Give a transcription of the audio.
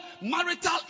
marital